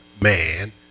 man